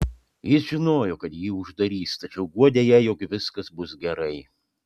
jis žinojo kad jį uždarys tačiau guodė ją jog viskas bus gerai